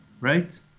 right